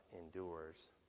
endures